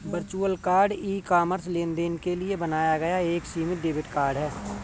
virtual card e commerce लेनदेन के लिए बनाया गया एक सीमित डेबिट कार्ड है